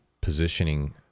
positioning